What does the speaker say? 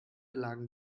lagen